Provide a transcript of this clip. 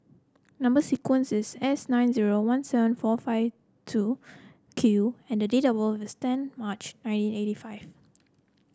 number sequence is S nine zero one seven four five two Q and date of birth is ten March nineteen eighty five